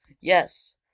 Yes